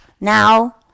now